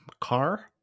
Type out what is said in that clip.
Car